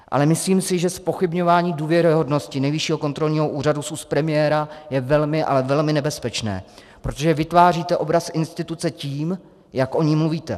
Ale myslím si, že zpochybňování důvěryhodnosti Nejvyššího kontrolního úřadu z úst premiéra je velmi, ale velmi nebezpečné, protože vytváříte obraz instituce tím, jak o ní mluvíte.